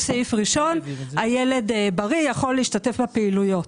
יש סעיף ראשון, הילד בריא, יכול להשתתף בפעילויות.